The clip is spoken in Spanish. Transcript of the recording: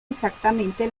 exactamente